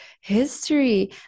history